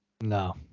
No